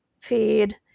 feed